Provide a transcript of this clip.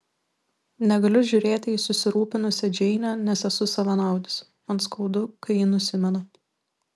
negaliu žiūrėti į susirūpinusią džeinę nes esu savanaudis man skaudu kai ji nusimena